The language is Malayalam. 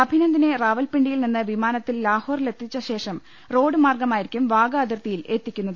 അഭിനന്ദിനെ റാവൽപിണ്ടിയിൽ നിന്ന് വിമാനത്തിൽ ലാഹോറിലെത്തിച്ച ശേഷം റോഡ്മാർഗ്ഗമായിരിക്കും വാഗാ അതിർത്തിയിൽ എത്തിക്കുന്നത്